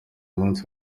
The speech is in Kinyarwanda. munsi